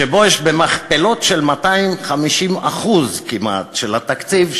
שבו יש מכפלות של 250% כמעט של התקציב,